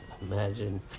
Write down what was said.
Imagine